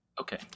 Okay